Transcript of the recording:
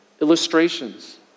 illustrations